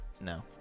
no